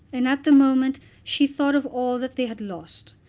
and at the moment she thought of all that they had lost.